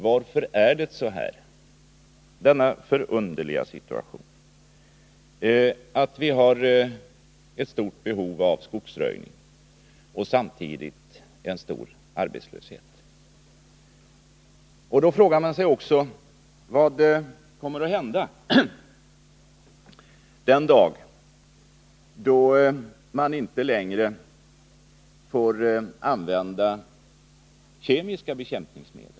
Varför har vi denna förunderliga situation med ett stort behov av skogsröjning och samtidigt stor arbetslöshet? Då frågar man sig också vad som kommer att hända den dag då man inte längre får använda kemiska bekämpningsmedel.